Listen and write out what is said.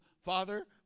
father